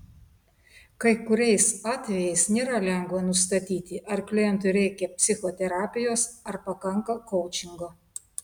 kai kuriais atvejais nėra lengva nustatyti ar klientui reikia psichoterapijos ar pakanka koučingo